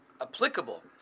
applicable